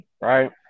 right